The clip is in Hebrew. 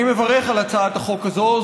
אני מברך על הצעת החוק הזו.